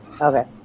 Okay